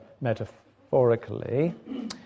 metaphorically